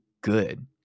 good